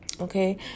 okay